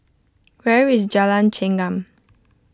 where is Jalan Chengam